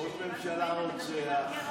ראש ממשלה רוצח,